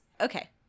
Okay